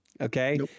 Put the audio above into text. okay